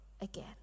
again